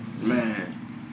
Man